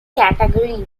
category